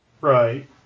right